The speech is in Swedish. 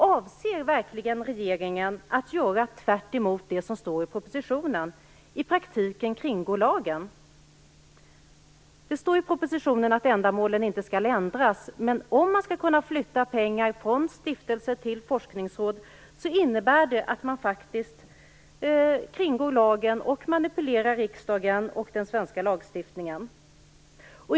Avser verkligen regeringen att göra tvärt emot det som står i propositionen, att i praktiken kringgå lagen? Det står i propositionen att ändamålen inte skall ändras. Men om man skall kunna flytta pengar från stiftelse till forskningsråd innebär det att man faktiskt kringgår lagen och manipulerar riksdagen och den svenska lagstiftningen.